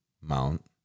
Mount